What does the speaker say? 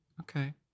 Okay